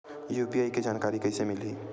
UPI के जानकारी कइसे मिलही?